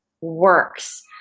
works